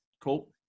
Cool